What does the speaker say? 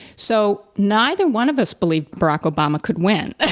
so, neither one of us believe barack obama could win,